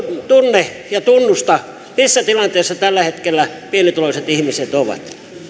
tunne ja tunnusta missä tilanteessa tällä hetkellä pienituloiset ihmiset ovat